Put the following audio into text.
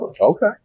Okay